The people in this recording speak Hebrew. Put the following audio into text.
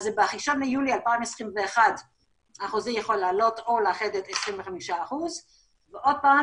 אז ב-1 ביולי 2021 החוזה יכול לעלות או לרדת 25% ועוד פעם